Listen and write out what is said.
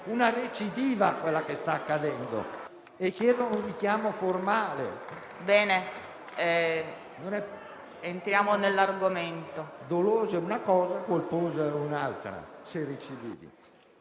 che è intervenuta dicendo che il verbale era corretto e che il comportamento tenuto dal presidente Ostellari era assolutamente rispettoso di quello che era accaduto in Commissione.